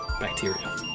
bacteria